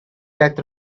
that